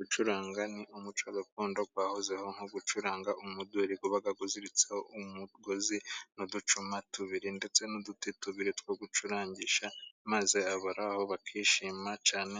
Gucuranga ni umuco gakondo wahozeho nko gucuranga umuduri uba uziritseho umugozi n'uducuma tubiri ndetse n'uduti tubiri two gucurangisha, maze abari aho bakishima cyane